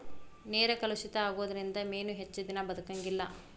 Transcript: ನೇರ ಕಲುಷಿತ ಆಗುದರಿಂದ ಮೇನು ಹೆಚ್ಚದಿನಾ ಬದಕಂಗಿಲ್ಲಾ